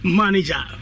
manager